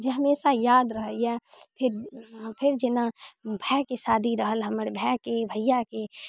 जे हमेशा याद रहैय फेर फेर जेना भायके शादी रहल हमर भायके भैयाके